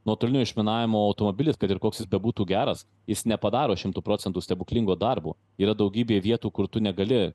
nuotolinio išminavimo automobilis kad ir koks jis bebūtų geras jis nepadaro šimtu procentu stebuklingo darbu yra daugybė vietų kur tu negali